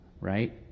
right